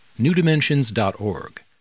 newdimensions.org